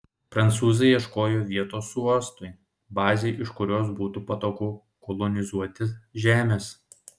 prancūzai ieškojo vietos uostui bazei iš kurios būtų patogu kolonizuoti žemes